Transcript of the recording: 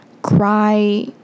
cry